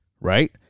Right